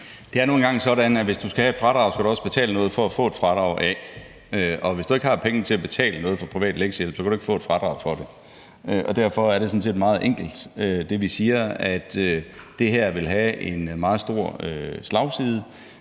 Det er nu engang sådan, at hvis du skal have et fradrag, skal også betale noget for at få et fradrag. Og hvis du ikke har pengene til at betale for privat lektiehjælp, kan du ikke få et fradrag for det. Derfor er det, vi siger, sådan set meget enkelt, nemlig at det her vil have en meget stor slagside,